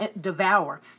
devour